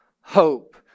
Hope